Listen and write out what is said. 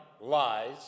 lies